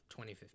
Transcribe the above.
2015